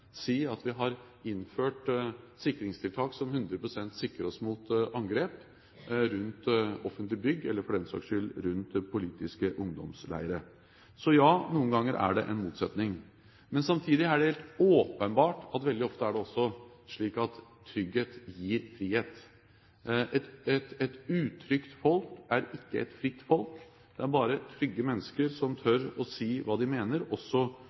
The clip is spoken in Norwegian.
si at vi har innført sikringstiltak som 100 pst. sikrer oss mot angrep rundt offentlige bygg, eller for den saks skyld rundt politiske ungdomsleirer. Så ja, noen ganger er det en motsetning. Men samtidig er det helt åpenbart at veldig ofte er det også slik at trygghet gir frihet. Et utrygt folk er ikke et fritt folk. Det er bare trygge mennesker som tør si hva de mener, også